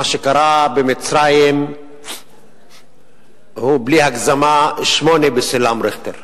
מה שקרה במצרים הוא, בלי הגזמה, 8 בסולם ריכטר.